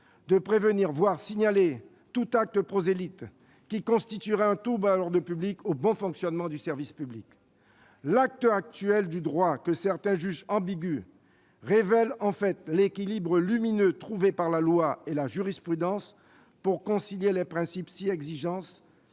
de prévenir, voire de signaler tout acte prosélyte qui constituerait un trouble à l'ordre public et au bon fonctionnement du service public. L'état actuel du droit, que certains jugent ambigu, révèle en fait l'équilibre lumineux trouvé par la loi et la jurisprudence pour concilier les principes si exigeants